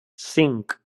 cinc